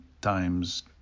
times